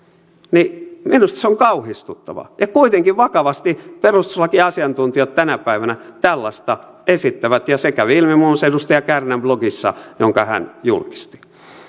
minusta se on kauhistuttavaa ja kuitenkin vakavasti perustuslakiasiantuntijat tänä päivänä tällaista esittävät ja se käy ilmi muun muassa edustaja kärnän blogissa jonka hän julkisti